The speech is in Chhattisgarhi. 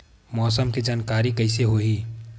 मौसम के जानकारी कइसे होही?